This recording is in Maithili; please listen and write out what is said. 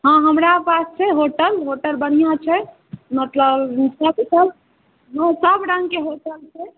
हँ हमरा पास छै होटल होटल बढ़िआँ छै मतलब नहि सभरङ्गके होटल छै